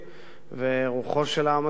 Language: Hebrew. ורוחו של העם הזה לא תיפול,